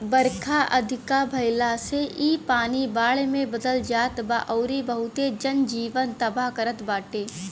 बरखा अधिका भयला से इ पानी बाढ़ में बदल जात बा अउरी बहुते जन जीवन तबाह करत बाटे